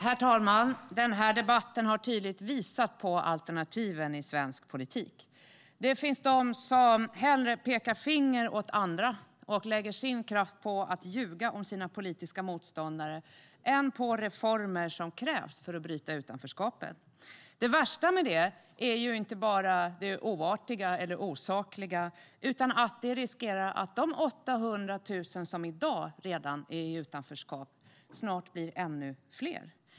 Herr talman! Denna debatt har tydligt visat på alternativen i svensk politik. Det finns de som hellre pekar finger åt andra och lägger sin kraft på att ljuga om sina politiska motståndare än på de reformer som krävs för att bryta utanförskapet. Det värsta är inte att det är oartigt och osakligt utan att det riskerar att de 800 000 som redan är i utanförskap snart blir ännu fler.